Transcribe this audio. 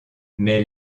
mais